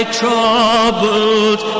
troubled